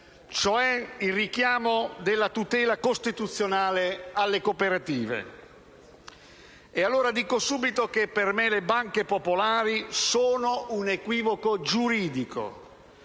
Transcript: Costituzione e la tutela costituzionale alle cooperative. Dico subito che per me le banche popolari sono un equivoco giuridico: